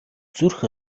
зүрх